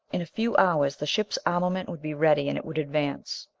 in a few hours the ship's armament would be ready, and it would advance.